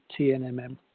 TNMM